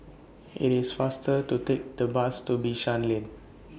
IT IS faster to Take The Bus to Bishan Lane